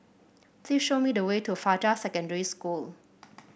please show me the way to Fajar Secondary School